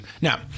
Now